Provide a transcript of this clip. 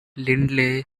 lindley